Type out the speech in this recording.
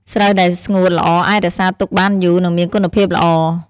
ស្រូវដែលស្ងួតល្អអាចរក្សាទុកបានយូរ និងមានគុណភាពល្អ។